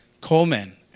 coleman